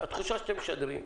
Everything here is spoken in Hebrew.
התחושה שאתם משדרים,